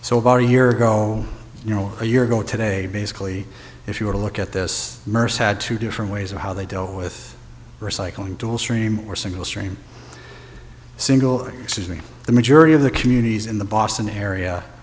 far year ago you know a year ago today basically if you were to look at this mers had two different ways of how they dealt with recycling to a stream or single stream single excuse me the majority of the communities in the boston area